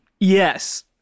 Yes